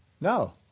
No